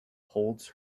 holds